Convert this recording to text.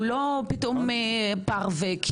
הוא לא פתאום פרווה,